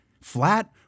Flat